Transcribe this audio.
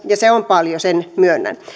ja se on paljon sen myönnän